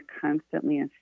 constantly